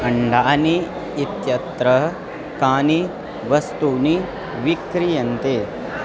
अण्डानि इत्यत्र कानि वस्तूनि विक्रियन्ते